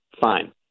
fine